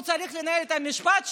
הוא צריך לנהל את המשפט שלו.